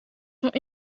sont